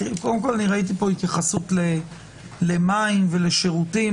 קודם כול, ראיתי פה התייחסות למים ולשירותים.